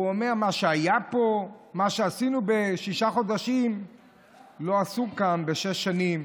והוא אומר: מה שעשינו בשישה חודשים לא עשו כאן בשש שנים.